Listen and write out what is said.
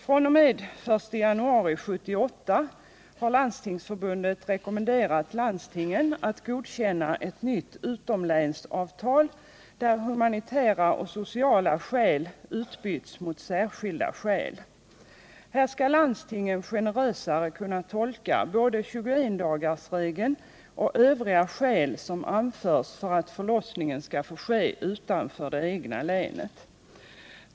Landstingsförbundet har rekommenderat landstingen att fr.o.m. den 1 januari 1978 godkänna ett nytt utomlänsavtal, där humanitära och sociala skäl utbytts mot särskilda skäl. Här skall landstingen generösare kunna tolka både 21-dagarsregeln och övriga skäl som anförs för att förlossningen skall få ske utanför det egna länet.